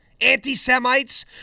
anti-Semites